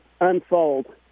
unfold